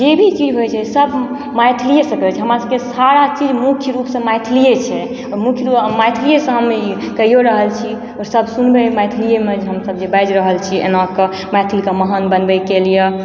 जे भी चीज होइ छै सब मैथिलियेसँ करय छै हमरा सबके सारा चीज मुख्य रूपसँ मैथिलिये छै आओर मुख्य मैथिलियेसँ हम ई कइयो रहल छी सब सुनबय मैथिलियेमे जे हमसब जे बाजि रहल छी एना कऽ मैथिलीके महान बनबयके लिये